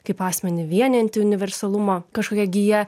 kaip asmenį vienijanti universalumo kažkokia gija